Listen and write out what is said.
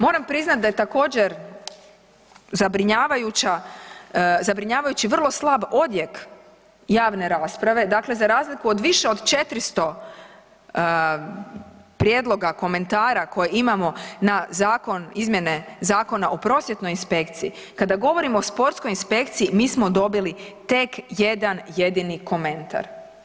Moram priznati da je također zabrinjavajući vrlo slab odjek javne rasprave, dakle za razliku od više od 400 prijedloga, komentara koje imamo na izmjene Zakona o prosvjetnoj inspekciji, kada govorimo o sportskoj inspekciji mi smo dobili tek jedan jedini komentar.